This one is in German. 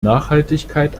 nachhaltigkeit